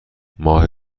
ماه